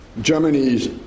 Germany's